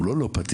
הוא לא לא פתיר.